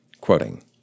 Quoting